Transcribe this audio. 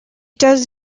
does